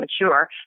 mature